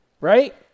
Right